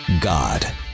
God